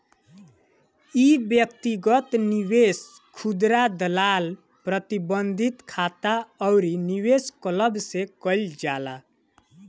इ व्यक्तिगत निवेश, खुदरा दलाल, प्रतिबंधित खाता अउरी निवेश क्लब से कईल जाला